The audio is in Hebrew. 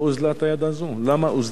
למה אוזלת היד הזאת?